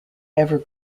ever